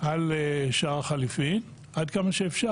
על שער החליפין עד כמה שאפשר.